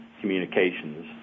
communications